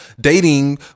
dating